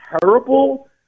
terrible